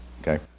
Okay